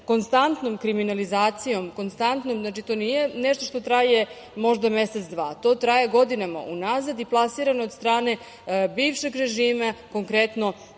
konstantnom kriminalizacijom, znači to nije nešto što traje mesec, dva, to traje godinama unazad i plasirano je od strane bivšeg režima. Konkretno